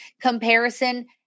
comparison